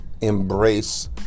embrace